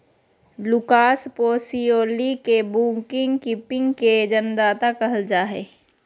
Lucas Pacioli के book keeping के जन्मदाता कहल जा हइ